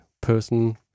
person